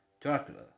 Dracula